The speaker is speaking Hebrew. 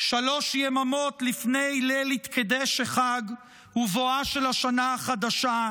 שלוש יממות לפני ליל "התקדש החג" ובואה של השנה החדשה,